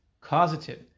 causative